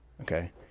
okay